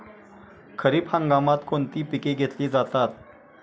खरीप हंगामात कोणती पिके घेतली जातात?